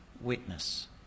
witness